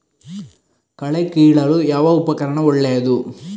ಕಳೆ ಕೀಳಲು ಯಾವ ಉಪಕರಣ ಒಳ್ಳೆಯದು?